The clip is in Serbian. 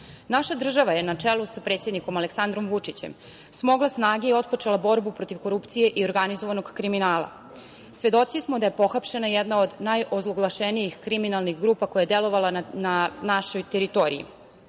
kada. Naša država je na čelu sa predsednikom Aleksandrom Vučićem smogla snage i otpočela borbu protiv korupcije i organizovanog kriminala. Svedoci smo da je pohapšena jedna od najozloglašenijih kriminalnih grupa koja je delovala na našoj teritoriji.